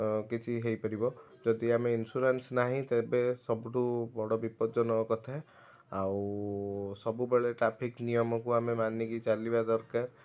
ଅ କିଛି ହେଇପାରିବ ଯଦି ଆମେ ଇନ୍ସୁରାନ୍ସ ନାହିଁ ତେବେ ସବୁଠୁ ବଡ଼ ବିପଦଜନ୍ନକ କଥା ଆଉ ସବୁବେଳେ ଟ୍ରାଫିକ ନିୟମକୁ ଆମେ ମାନିକି ଚାଲିବା ଦରକାର